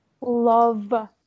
love